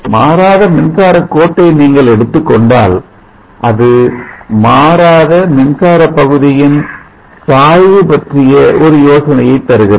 மாறாத மின்சார கோட்டை நீங்கள் எடுத்துக்கொண்டால் அது மாறாத மின்சார பகுதியின் சாய்வு பற்றிய ஒரு யோசனையை தருகிறது